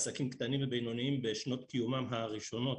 לעסקים קטנים ובינוניים בשנות קיומם הראשונות,